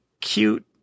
cute